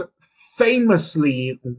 famously